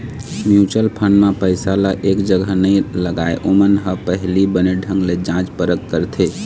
mutual fund म पइसा ल एक जगा नइ लगाय, ओमन ह पहिली बने ढंग ले जाँच परख करथे